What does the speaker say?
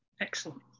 Excellent